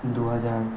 দু হাজার